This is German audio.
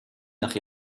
nach